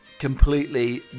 completely